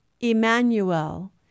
Emmanuel